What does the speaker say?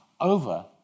over